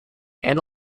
and